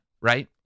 right